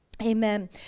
Amen